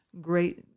great